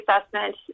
assessment